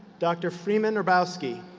dr. freeman hrabowski.